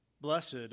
Blessed